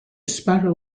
sparrow